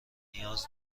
نیاز